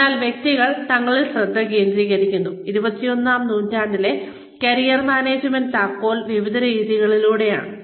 അതിനാൽ വ്യക്തികൾ തങ്ങളിൽ ശ്രദ്ധ കേന്ദ്രീകരിക്കുന്ന 21 ാം നൂറ്റാണ്ടിലെ കരിയർ മാനേജ്മെന്റിന്റെ താക്കോൽ വിവിധ രീതികളിലൂടെയാണ്